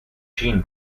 gin